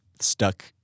stuck